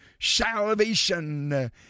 salvation